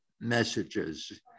messages